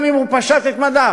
גם אם הוא פשט את מדיו.